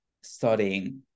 studying